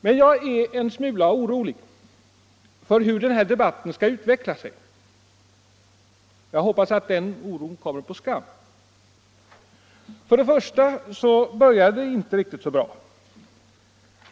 Jag är emellertid en smula orolig för hur den här debatten skall utveckla sig, men jag hoppas att den oron kommer på skam. För det första började det inte riktigt så bra.